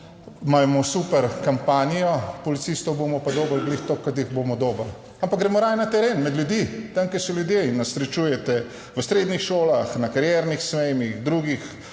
imamo super kampanjo policistov bomo pa dobili glih toliko kot jih bomo dobili, ampak gremo raje na teren, med ljudi, tam kjer so ljudje in nas srečujete v srednjih šolah, na kariernih sejmih, drugih